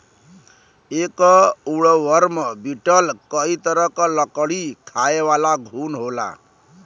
एक woodworm beetle कई तरह क लकड़ी खायेवाला घुन होला